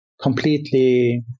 completely